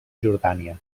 jordània